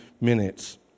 minutes